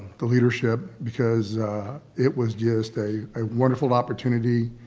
the leadership, because it was just a wonderful opportunity,